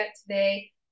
today